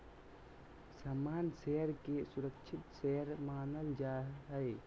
सामान्य शेयर के सुरक्षित शेयर मानल जा हय